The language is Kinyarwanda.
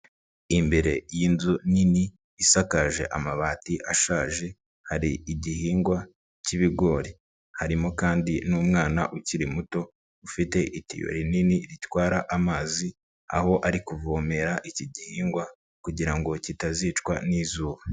Imbere y'inzu nini isakaje amabati ashaje hari igihingwa k'ibigori harimo kandi n'umwana ukiri muto ufite itiyo rinini ritwara amazi aho ari kuvomera iki gihingwa kugira ngo kitazicwa n'izuba.